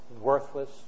Worthless